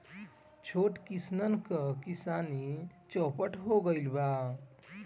छोट किसानन क किसानी चौपट हो गइल बा